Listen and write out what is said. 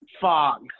fog